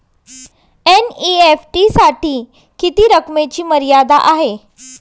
NEFT साठी किती रकमेची मर्यादा आहे?